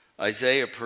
Isaiah